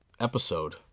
episode